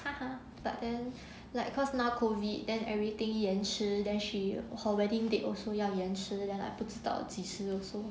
but then like cause now COVID then everything 延迟 then she her wedding date also 要延迟 then like 不知道几时 also